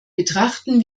betrachten